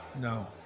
no